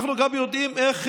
אנחנו גם יודעים איך